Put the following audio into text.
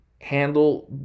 handle